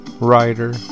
writer